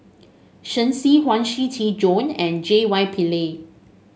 Shen Xi Huang Shiqi Joan and J Y Pillay